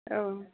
औ